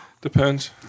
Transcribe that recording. Depends